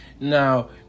Now